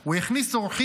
הוא הכניס אורחים.